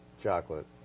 Chocolate